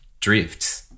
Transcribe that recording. drifts